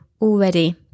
already